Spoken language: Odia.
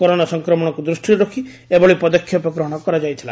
କରୋନା ସଂକ୍ରମଣକୁ ଦୃଷିରେ ରଖ ଏଭଳି ପଦକ୍ଷେପ ଗ୍ରହଶ କରାଯାଇଥିଲା